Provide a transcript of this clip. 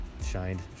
shined